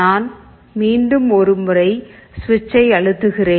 நான் மீண்டும் ஒரு முறை சுவிட்சை அழுத்துகிறேன்